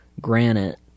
granite